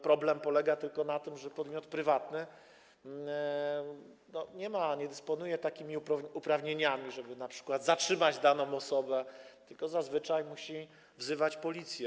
Problem polega tylko na tym, że podmiot prywatny nie dysponuje takimi uprawnieniami, żeby np. zatrzymać daną osobę, tylko zazwyczaj musi wzywać policję.